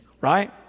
Right